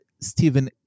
Stephen